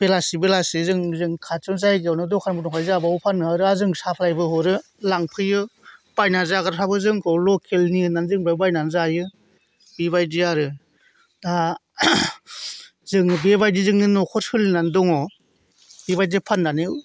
बेलासे बेलासे जोंनि खाथियावनो जायगायावनो दखानबो दंखायो जोंहा बेयावनो फाननो हायो आरो जों साफ्लायबो हरो लांफैयो बायना जाग्राफ्राबो जोंखौ लखेलनि होननानै जोंनिफ्राय बायनानै जायो बेबायदि आरो दा जोङो बेबायदिजोंनो न'खर सोलिनानै दङ बेबायदिनो फाननानै